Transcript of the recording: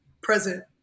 present